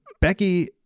Becky